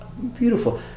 Beautiful